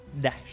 dash